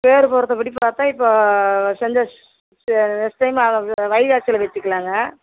பேர் பொருத்தப்படி பார்த்தா இப்போ செஞ்ச நெக்ஸ்ட் டைம் வைகாசியில் வைச்சிக்கிலாங்க